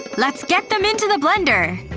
let's get them into the blender!